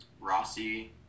Rossi